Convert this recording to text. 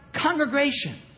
congregation